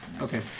Okay